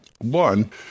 One